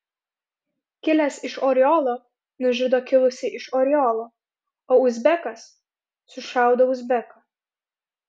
kilęs iš oriolo nužudo kilusį iš oriolo o uzbekas sušaudo uzbeką